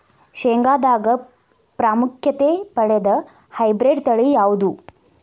ಶೇಂಗಾದಾಗ ಪ್ರಾಮುಖ್ಯತೆ ಪಡೆದ ಹೈಬ್ರಿಡ್ ತಳಿ ಯಾವುದು?